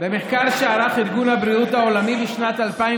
במחקר שערך ארגון הבריאות העולמי בשנת 2013,